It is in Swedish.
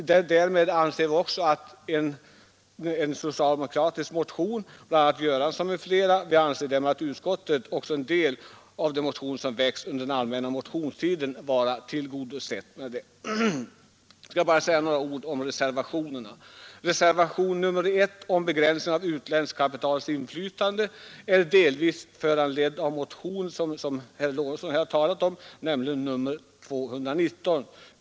Därmed anser vi också en socialdemokratisk motion som väckts av herr Göransson m.fl. under den allmänna motionstiden vara tillgodosedd. Sedan bara några ord om reservationerna, där reservationen 1 om begränsning av utländskt kapitals inflytande är delvis föranledd av motionen 219, som herr Lorentzon här har talat om.